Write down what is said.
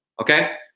okay